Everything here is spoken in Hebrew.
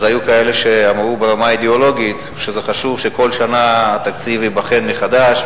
אז היו כאלה שאמרו ברמה האידיאולוגית שחשוב שבכל שנה התקציב ייבחן מחדש,